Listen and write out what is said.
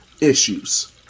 issues